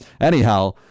Anyhow